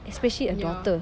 especially a daughter